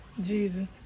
Jesus